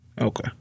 Okay